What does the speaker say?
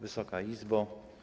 Wysoka Izbo!